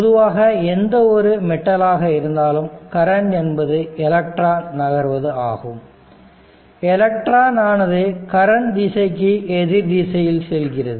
பொதுவாக எந்த ஒரு மெட்டலாக இருந்தாலும் கரண்ட் என்பது எலக்ட்ரான் நகர்வது ஆகும் எலக்ட்ரான் ஆனது கரண்ட் திசைக்கு எதிர் திசையில் செல்கிறது